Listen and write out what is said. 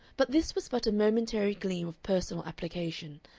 but this was but a momentary gleam of personal application,